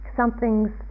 something's